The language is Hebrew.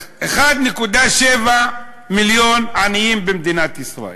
1.7 מיליון עניים במדינת ישראל,